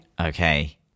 Okay